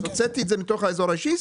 הוצאתי את זה מתוך האזור האישי,